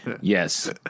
Yes